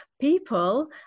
people